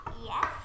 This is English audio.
Yes